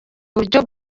buryo